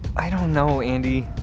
i don't know andi,